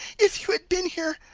if you had been here,